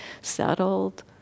settled